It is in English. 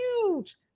huge